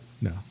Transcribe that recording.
No